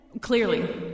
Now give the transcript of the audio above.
clearly